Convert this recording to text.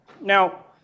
Now